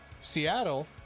Seattle